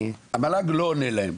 המל"ג לא עונה להם.